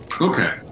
Okay